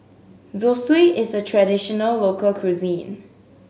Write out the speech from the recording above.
zosui is a traditional local cuisine